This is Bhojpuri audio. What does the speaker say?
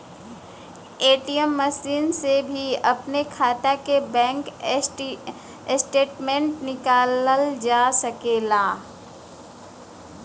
ए.टी.एम मसीन से भी अपने खाता के बैंक स्टेटमेंट निकालल जा सकेला